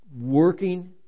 working